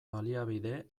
baliabide